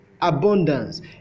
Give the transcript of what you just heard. abundance